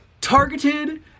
targeted